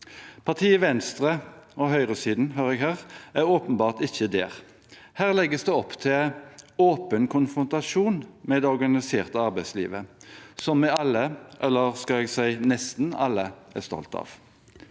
Partiet Venstre – og høyresiden, har jeg hørt – er åpenbart ikke der. Her legges det opp til åpen konfrontasjon med det organiserte arbeidslivet som vi alle – eller skal jeg si nesten alle? – er stolte av.